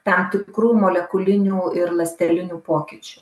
tam tikrų molekulinių ir ląstelinių pokyčių